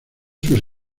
sus